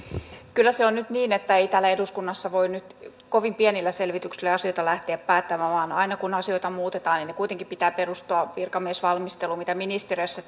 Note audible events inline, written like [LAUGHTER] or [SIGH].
kyllä se on nyt niin että ei täällä eduskunnassa voi kovin pienillä selvityksillä asioita lähteä päättämään vaan aina kun asioita muutetaan niin sen kuitenkin pitää perustua virkamiesvalmisteluun mitä ministeriössä [UNINTELLIGIBLE]